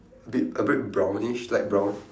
bit a bit brownish light brown